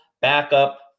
backup